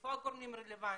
איפה הגורמים הרלוונטיים?